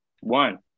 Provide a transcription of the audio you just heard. one